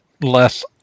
less